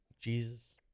Jesus